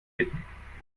bitten